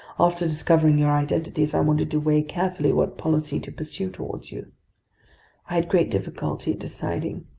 after discovering your identities, i wanted to weigh carefully what policy to pursue toward you. i had great difficulty deciding.